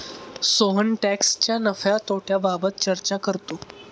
सोहन टॅक्सच्या नफ्या तोट्याबाबत चर्चा करतो